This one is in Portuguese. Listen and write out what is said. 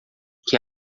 que